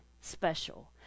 special